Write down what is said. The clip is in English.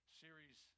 series